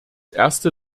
erste